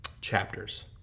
chapters